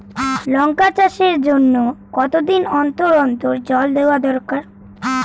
লঙ্কা চাষের জন্যে কতদিন অন্তর অন্তর জল দেওয়া দরকার?